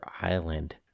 Island